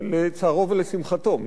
לצערו ולשמחתו,